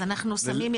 אז אנחנו שמים,